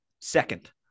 second